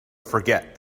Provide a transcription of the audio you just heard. forget